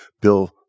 bill